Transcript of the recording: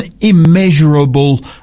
immeasurable